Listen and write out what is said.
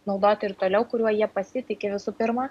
naudoti ir toliau kuriuo jie pasitiki visų pirma